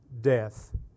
death